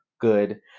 good